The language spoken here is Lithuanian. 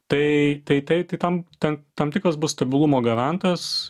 tai tai tai tam tam tam tikras bus stabilumo garantas